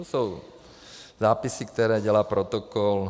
To jsou zápisy, které dělá protokol.